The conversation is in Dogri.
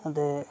ते